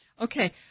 Okay